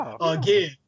again